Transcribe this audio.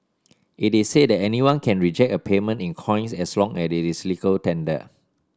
it is said that anyone can reject a payment in coins as long as it is legal tender